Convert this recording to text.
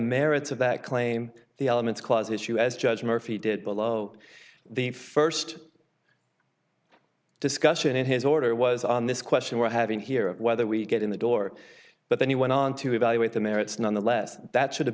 merits of that claim the elements clause issue as judge murphy did below the first discussion in his order was on this question we're having here whether we get in the door but then he went on to evaluate the merits nonetheless that should have